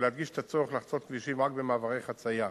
ולהדגיש את הצורך לחצות כבישים רק במעברי חצייה.